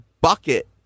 bucket